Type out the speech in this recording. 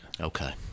Okay